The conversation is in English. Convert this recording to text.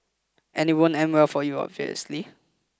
and it won't end well for you obviously